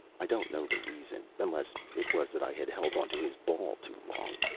i don't know the reason, unless it was that i had held onto his ball too long.